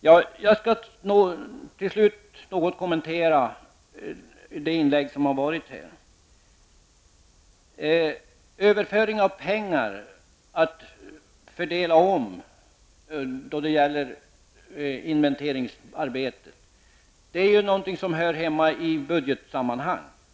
Till slut skall jag något kommentera de inlägg som gjorts här. Överföring av pengar att fördela om när det gäller inventeringsarbete -- det är ju någonting som hör hemma i budgetsammanhang.